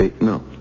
No